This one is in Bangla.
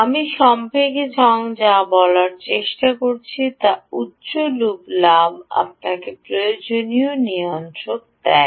আমি সংক্ষেপে যা বলার চেষ্টা করছি তা হল উচ্চ লুপ লাভ আপনাকে প্রয়োজনীয় নিয়ন্ত্রণ দেয়